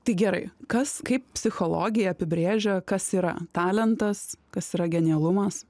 tai gerai kas kaip psichologija apibrėžia kas yra talentas kas yra genialumas